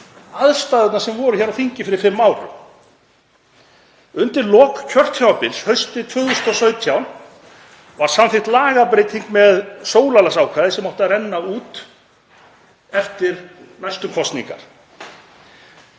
aðstæðurnar sem voru hér á þingi fyrir fimm árum. Undir lok kjörtímabils haustið 2017 var samþykkt lagabreyting með sólarlagsákvæði sem átti að renna út eftir næstu kosningar.